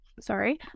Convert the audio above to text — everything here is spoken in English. Sorry